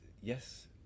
yes